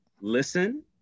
listen